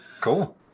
cool